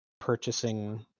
purchasing